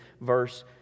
verse